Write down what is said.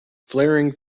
flaring